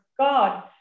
god